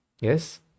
Yes